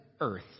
earth